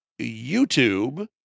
YouTube